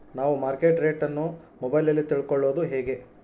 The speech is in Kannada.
ನಾವು ಮಾರ್ಕೆಟ್ ರೇಟ್ ಅನ್ನು ಮೊಬೈಲಲ್ಲಿ ತಿಳ್ಕಳೋದು ಹೇಗೆ?